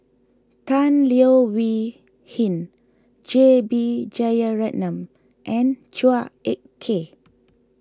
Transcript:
Tan Leo Wee Hin J B Jeyaretnam and Chua Ek Kay